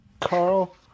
Carl